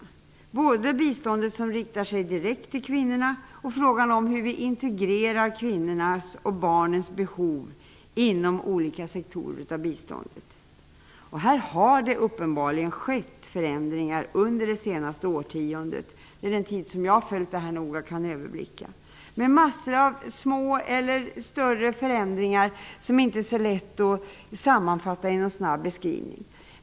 Det gäller både biståndet som riktar sig direkt till kvinnorna och frågan om hur vi integrerar kvinnornas och barnens behov inom olika sektorer av biståndet. Här har det uppenbarligen skett förändringar under det senaste årtiondet -- det är den tid som jag noga har följt detta och kan överblicka. Det har varit en mängd stora eller små förändringar som inte är så lätt att snabbt sammanfatta.